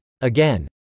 Again